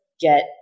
get